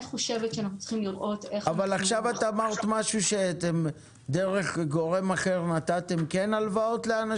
אבל עכשיו את אמרת שדרך גורם אחר כן נתתם הלוואות לאנשים?